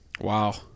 Wow